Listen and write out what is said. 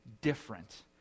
different